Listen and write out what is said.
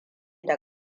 da